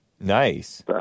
Nice